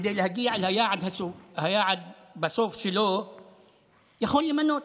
שהיעד שלו בסוף זה שהוא יכול למנות